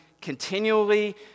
continually